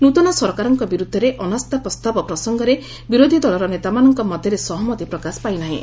ନୃତନ ସରକାରଙ୍କ ବିରୁଦ୍ଧରେ ଅନ୍ୟାସ୍ଥା ପ୍ରସଙ୍ଗରେ ବିରୋଧୀ ଦଳର ନେତାମାନଙ୍କ ମଧ୍ୟରେ ସହମତି ପ୍ରକାଶ ପାଇନାହିଁ